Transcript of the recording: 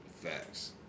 Facts